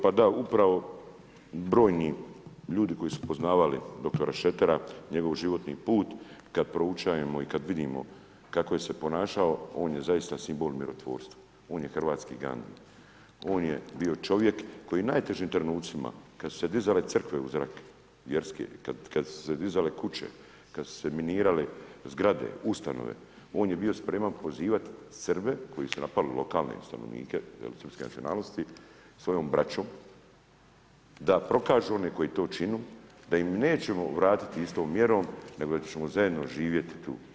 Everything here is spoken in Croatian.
Pa da, upravo brojni ljudi koji su poznavali dr. Šretera, njegov životni put, kad proučavamo i kad vidimo kako se ponašao, on je zaista simbol mirotvorstva, on je Hrvatski Gandi, on je bio čovjek koji u najtežim trenucima, kad su se dizale crkve u zrak, vjerske, kad su se dizale kuće, kad su se minirale zgrade, ustanove, on je bio spreman pozivat Srbe, koji su napali lokalne stanovnike, jel srpske nacionalnosti, svojom braćom, da prokažu one koji to činu, da im nećemo vratiti istom mjerom, nego da ćemo zajedno živjeti tu.